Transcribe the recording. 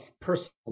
personal